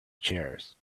chairs